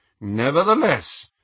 Nevertheless